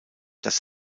das